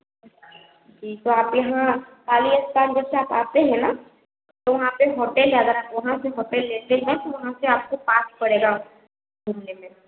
जी तो आप यहाँ काली अस्थान जैसे आते हैं ना तो वहाँ पर होटेल वगैरह वहाँ से होटेल लेते हैं तो वहाँ से आपको पास पड़ेगा घूमने में